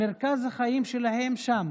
מרכז החיים שלהם שם,